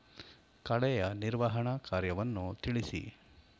ಕಳೆಯ ನಿರ್ವಹಣಾ ಕಾರ್ಯವನ್ನು ತಿಳಿಸಿ?